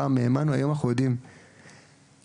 פעם האמנו והיום אנחנו